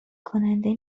کننده